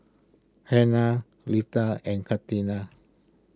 Hernan Leta and Katina